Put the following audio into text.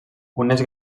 unes